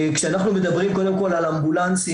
כשאנחנו מדברים קודם כל על אמבולנסים,